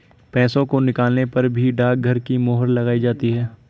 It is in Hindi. पैसों को निकालने पर भी डाकघर की मोहर लगाई जाती है